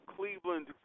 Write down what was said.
Cleveland